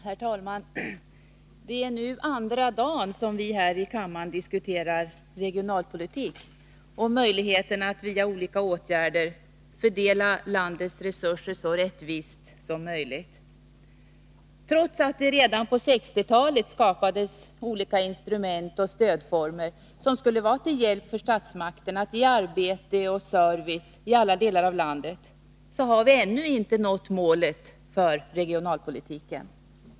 Herr talman! Det är nu andra dagen som vi här i kammaren diskuterar regionalpolitik och möjligheterna att via olika åtgärder fördela landets resurser så rättvist som möjligt. Trots att det redan på 1960-talet skapades olika instrument och stödformer, som skulle vara till hjälp för statsmakten att ge arbete och service i alla delar av landet, har vi ännu inte nått målet för regionalpolitiken.